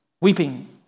weeping